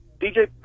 DJ